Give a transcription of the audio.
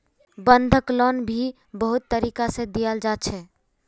बंधक लोन भी बहुत तरीका से दियाल जा छे